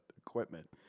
equipment